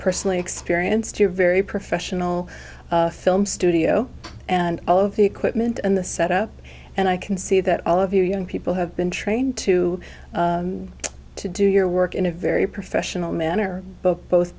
personally experienced your very professional film studio and all of the equipment in the set up and i can see that all of you young people have been trained to to do your work in a very professional manner both both